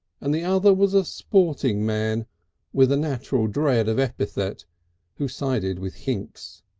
and the other was a sporting man with a natural dread of epithet who sided with hinks.